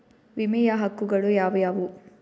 ವಿಮೆಯ ಹಕ್ಕುಗಳು ಯಾವ್ಯಾವು?